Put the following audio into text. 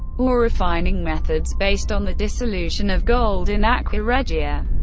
or refining methods based on the dissolution of gold in aqua regia.